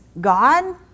God